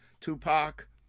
Tupac